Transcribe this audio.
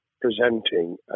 presenting